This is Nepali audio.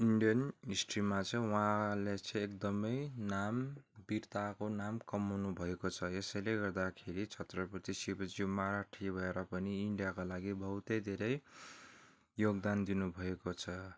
इन्डियन हिस्ट्रीमा चाहिँ उहाँले चाहिँ एकदमै नाम वीरताको नाम कमाउनु भएको छ यसैले गर्दाखेरि छत्रपति शिवजी मराठी भएर पनि इन्डियाको लागि बहुतै धेरै योगदान दिनु भएको छ